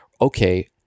Okay